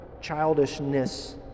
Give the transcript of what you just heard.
childishness